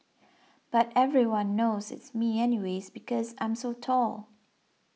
but everyone knows it's me anyways because I'm so tall